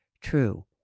true